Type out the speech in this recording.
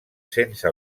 sense